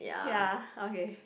ya okay